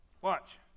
Watch